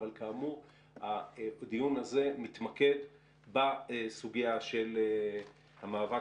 אבל כאמור הדיון הזה מתמקד בסוגיה של המאבק